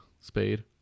Spade